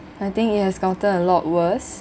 I think it has gotten a lot worse